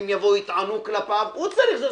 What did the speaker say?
אם יטענו כלפיו הוא צריך.